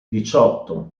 diciotto